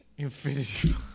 Infinity